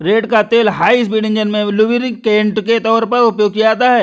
रेड़ का तेल high speed engine में लुब्रिकेंट के तौर पर उपयोग किया जाता है